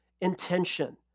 intention